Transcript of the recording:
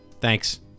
thanks